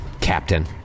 Captain